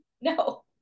no